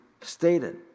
stated